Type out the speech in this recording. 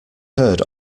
heard